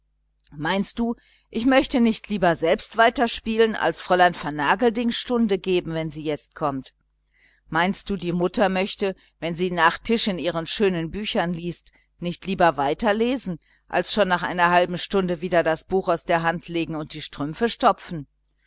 meinst du ich möchte nicht lieber selbst weiter spielen als fräulein vernagelding stunde geben wenn sie jetzt kommt meinst du die mutter möchte wenn sie nach tisch in ihren schönen büchern liest nicht lieber weiterlesen als schon nach einer halben stunde wieder das buch aus der hand legen und die strümpfe stopfen